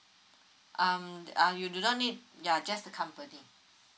um err you do not need ya just the company